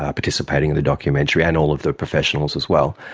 um participating in the documentary, and all of the professionals as well,